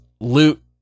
loot